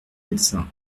médecin